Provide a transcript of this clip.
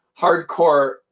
hardcore